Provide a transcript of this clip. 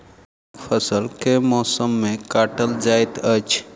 धानक फसल केँ मौसम मे काटल जाइत अछि?